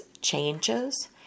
changes